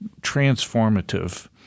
transformative